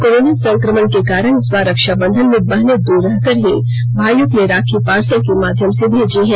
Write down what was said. corona संक्रमण के कारण इस बार रक्षा बंधन में बहने द्वर रहकर ही भाइयों के लिए राखी पार्सल के माध्यम से भेजी हैं